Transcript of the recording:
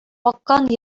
аккан